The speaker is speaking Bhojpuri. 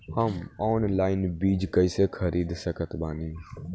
हम ऑनलाइन बीज कइसे खरीद सकत बानी?